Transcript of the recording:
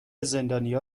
زندانیا